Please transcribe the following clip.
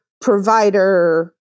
provider